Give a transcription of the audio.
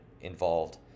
involved